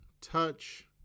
touch